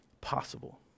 possible